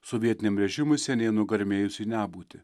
sovietiniam režimui seniai nugarmėjus į nebūtį